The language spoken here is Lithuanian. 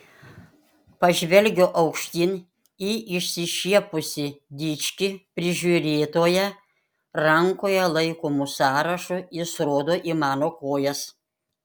pažvelgiu aukštyn į išsišiepusį dičkį prižiūrėtoją rankoje laikomu sąrašu jis rodo į mano kojas